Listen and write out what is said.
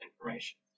information